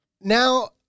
now